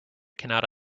cannot